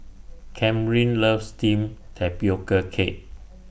Kamryn loves Steamed Tapioca Cake